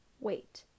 Wait